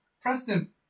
Preston